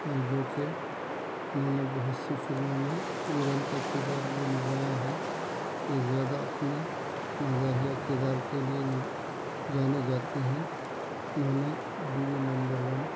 ہیں جو کہ انہوں نے بہت سی فلموں میں ولن کا کردار بھی نبھایا ہے یہ زیادہ اپنے مزاحیہ کردار کے لئے نب جانے جاتے ہیں انہوں نے بیوی نمبر ون